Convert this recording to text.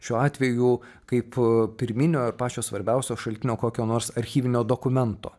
šiuo atveju kaip pirminio ar pačio svarbiausio šaltinio kokio nors archyvinio dokumento